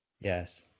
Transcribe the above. Yes